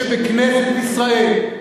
שבכנסת ישראל,